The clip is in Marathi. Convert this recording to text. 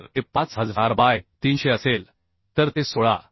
तर ते 5000 बाय 300 असेल तर ते 16